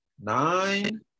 nine